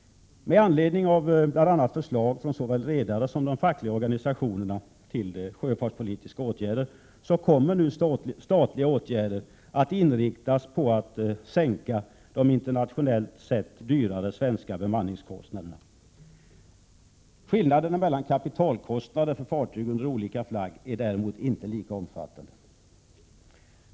organisationerna om sjöfartspolitiska åtgärder, kommer nu statliga åtgärder att inriktas på att sänka de internationellt sett dyrare svenska bemanningskostnaderna. Skillnaderna mellan kapitalkostnader för fartyg under olika flagg är däremot inte lika omfattande.